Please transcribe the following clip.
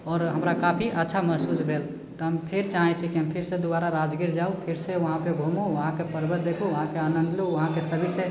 आओर हमरा काफी अच्छा महसूस भेल तऽ हम फेर चाहै छी की हम फेरसँ दोबारा राजगीर जाउ फेरसँ वहाँपर घूमूँ वहाँके पर्वत देखू वहाँके आनन्द लू वहाँके सभीसँ